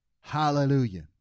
Hallelujah